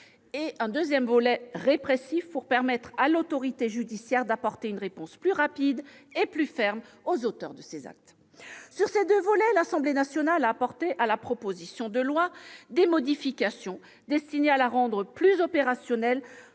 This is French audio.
et un volet répressif, pour permettre à l'autorité judiciaire d'apporter une réponse plus rapide et plus ferme aux auteurs de ces actes. Sur ces deux volets, l'Assemblée nationale a apporté des modifications destinées à rendre la proposition de